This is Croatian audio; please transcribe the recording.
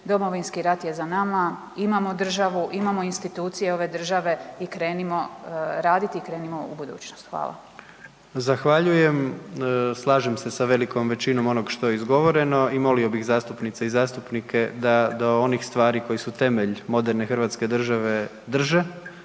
Domovinski rat je za nama, imamo državu, imamo institucije ove države i krenimo raditi i krenimo u budućnost. Hvala. **Jandroković, Gordan (HDZ)** Zahvaljujem. Slažem se sa velikom većinom onog što je izgovoreno i molio bih zastupnice i zastupnike da do onih stvari koji su temelj moderne Hrvatske države drže,